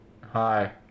Hi